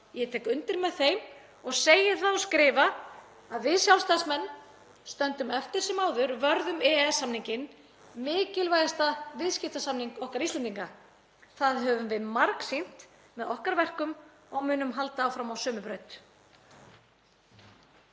Ég tek undir með þeim og segi það og skrifa að við sjálfstæðismenn stöndum eftir sem áður vörð um EES-samninginn, mikilvægasta viðskiptasamning okkar Íslendinga. Það höfum við margsýnt með okkar verkum og munum halda áfram á sömu braut.